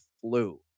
flu